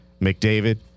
McDavid